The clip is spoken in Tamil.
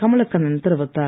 கமலக்கண்ணன் தெரிவித்தார்